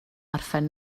orffen